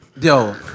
Yo